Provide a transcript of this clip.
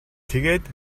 тэгээд